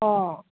অঁ